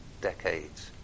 decades